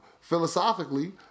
philosophically